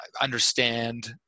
understand